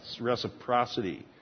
reciprocity